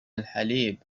الحليب